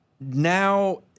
now